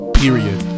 period